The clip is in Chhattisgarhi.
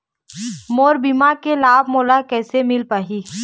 मोर बीमा के लाभ मोला कैसे मिल पाही?